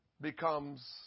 becomes